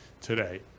today